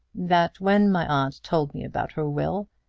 that when my aunt told me about her will,